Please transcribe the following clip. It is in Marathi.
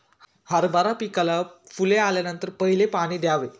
हरभरा पिकाला फुले आल्यानंतर पहिले पाणी द्यावे